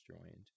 joined